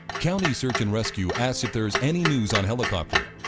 county search and rescue asks if there's any news on helicopter.